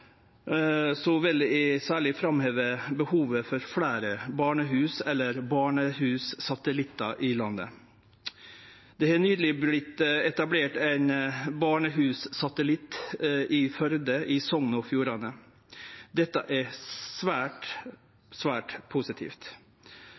vil eg særleg framheve behovet for fleire barnehus eller barnehussatellittar i landet. Det har nyleg vorte etablert ein barnehussatellitt i Førde i Sogn og Fjordane. Det er svært,